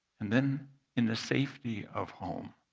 and then in the safety of home,